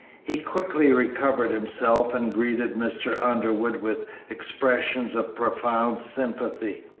he quickly recovered himself and greeted mr. underwood with expressions of profound sympathy.